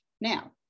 Now